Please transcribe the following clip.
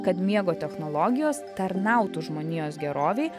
kad miego technologijos tarnautų žmonijos gerovei